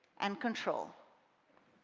and control